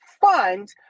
fund